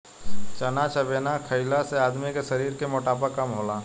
चना चबेना खईला से आदमी के शरीर के मोटापा कम होला